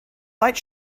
light